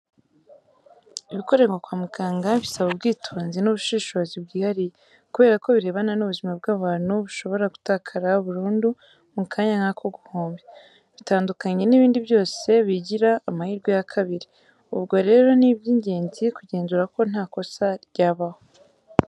Ibikorerwa kwa muganga bisaba ubwitonzi n'ubushishozi bwihariye, kubera ko birebana n'ubuzima bw'abantu bushobora gutakara burundu mu kanya nk'ako guhumbya, bitandukanye n'ibindi byose bigira amahirwe ya kabiri, ubwo rero ni iby'ingenzi kugenzura ko nta kosa ryabaho.